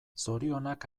zorionak